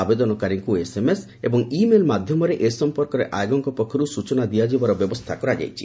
ଆବେଦନକାରୀଙ୍କୁ ଏସ୍ଏମ୍ଏସ୍ ଏବଂ email ମାଧ୍ୟମରେ ଏ ସଂପର୍କରେ ଆୟୋଗଙ୍କ ପକ୍ଷରୁ ସୂଚନା ଦିଆଯିବାର ବ୍ୟବସ୍ଥା କରାଯାଇଛି